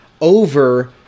over